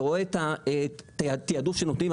ורואה את התיעדוף שנותנים.